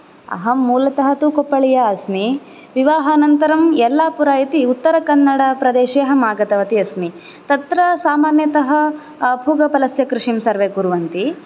अहं मूलतः तु कोप्पलीया अस्मि विवाहानन्तरं यल्लापुरा इति उत्तरकन्नडप्रदेशे अहम् आगतवती अस्मि तत्र सामान्यतः पूगफलस्य कृषिं सर्वे कुर्वन्ति